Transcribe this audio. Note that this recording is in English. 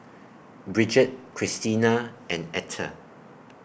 Brigette Cristina and Ether